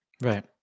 Right